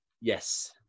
yes